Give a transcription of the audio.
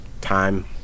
time